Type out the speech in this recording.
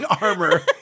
armor